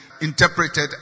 interpreted